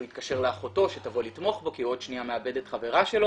הוא התקשר לאחותו שתבוא לתמוך בו כי הוא עוד שניה מאבד את חברה שלו,